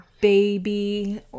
baby